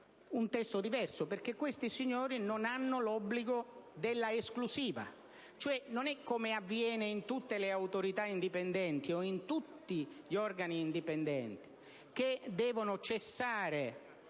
un testo diverso, perché questi signori non hanno l'obbligo dell'esclusiva: a differenza di quanto avviene in tutte le autorità indipendenti o in tutti gli organi indipendenti, i cui membri devono cessare